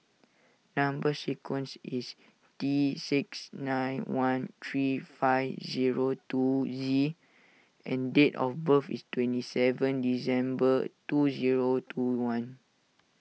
Number Sequence is T six nine one three five zero two Z and date of birth is twenty seven December two zero two one